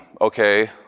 Okay